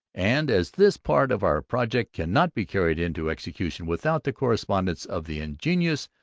and as this part of our project cannot be carried into execution without the correspondence of the ingenious,